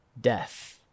death